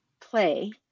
play